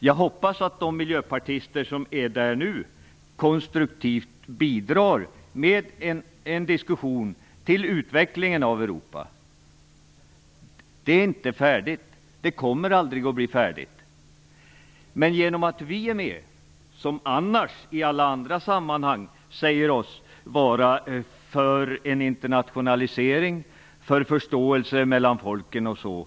Jag hoppas att de miljöpartister som sitter där nu konstruktivt bidrar med en diskussion om utvecklingen av Europa. Detta är inte färdigt, och kommer heller aldrig att bli det. Vi svenskar säger oss i alla andra sammanhang vara för en internationalisering, för förståelse mellan folken osv.